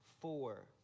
four